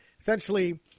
essentially